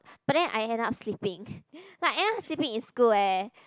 but then I end up sleeping I end up sleeping in school eh